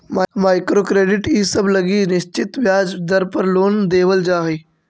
micro credit इसब लगी एक निश्चित ब्याज दर पर लोन देवल जा हई